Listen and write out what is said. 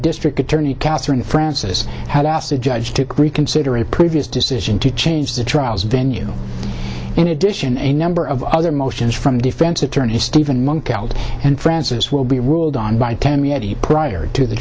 district attorney catherine francis had asked the judge to reconsider a previous decision to change the trials venue in addition a number of other motions from defense attorney steven monk and francis will be ruled on by prior to the